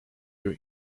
your